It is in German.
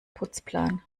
putzplan